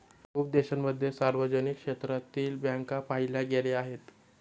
खूप देशांमध्ये सार्वजनिक क्षेत्रातील बँका पाहिल्या गेल्या आहेत